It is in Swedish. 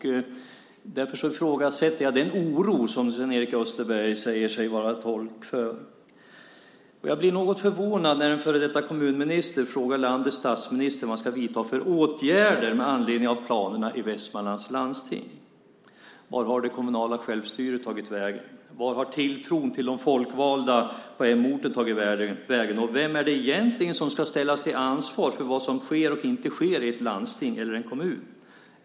Därför ifrågasätter jag den oro som Sven-Erik Österberg säger sig vara tolk för. Jag blir något förvånad när en före detta kommunminister frågar landets statsminister vilka åtgärder han ska vidta med anledning av planerna i Västmanlands läns landsting. Vart har det kommunala självstyret tagit vägen? Vart har tilltron till de folkvalda på hemorten tagit vägen? Och vem är det som egentligen ska ställas till svars för vad som sker eller inte sker i ett landsting eller en kommun?